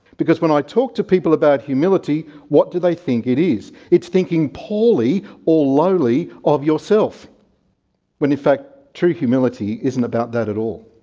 because when i talk to people about humility, what do they think it is it's thinking poorly or lowly of yourself when in fact true humility isn't about that at all.